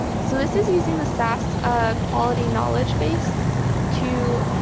so this is using the sas ah quality knowledge base to